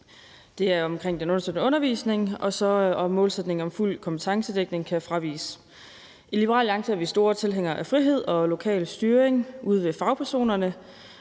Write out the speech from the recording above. Det er omkring den understøttende undervisning, og om målsætningen om fuld kompetencedækning kan fraviges. I Liberal Alliance er vi store tilhængere af frihed og lokal styring ude ved fagpersonerne,